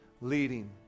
leading